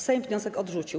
Sejm wniosek odrzucił.